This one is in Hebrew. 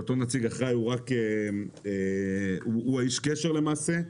יש נציג אחראי שאותו נציג אחראי הוא איש הקשר למעשה,